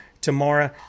tomorrow